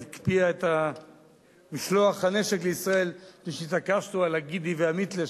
והקפיאה את משלוח הנשק לישראל מפני שהתעקשנו על הגידי והמיתלה.